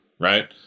right